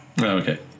okay